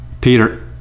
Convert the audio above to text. Peter